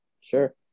Sure